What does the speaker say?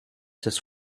this